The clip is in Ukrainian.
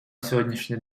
сьогоднішній